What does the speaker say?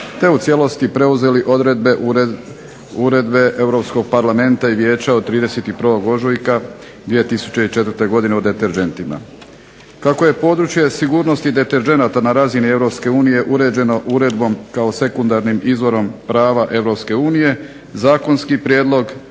te u cijelosti preuzeli odredbe uredbe Europskog parlamenta i Vijeća od 31. ožujka 2004. godine o deterdžentima. Kako je područje sigurnosti deterdženata na razini Europske unije uređeno uredbom kao sekundarnim izvorom prava Europske unije zakonski prijedlog